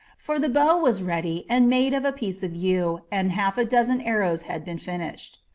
for the bow was ready and made of a piece of yew, and half a dozen arrows had been finished.